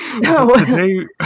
today